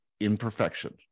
imperfection